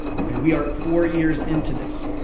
okay, we are four years into this.